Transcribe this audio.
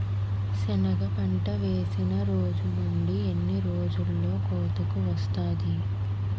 సెనగ పంట వేసిన రోజు నుండి ఎన్ని రోజుల్లో కోతకు వస్తాది?